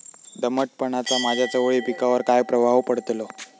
दमटपणाचा माझ्या चवळी पिकावर काय प्रभाव पडतलो?